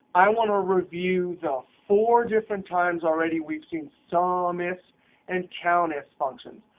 i want to review the four different times already we've seen so sumifs and countifs functions.